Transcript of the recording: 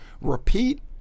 repeat